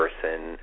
person